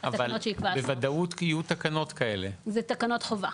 תקנות שיקבע השר.